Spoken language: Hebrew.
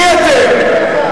מי אתם?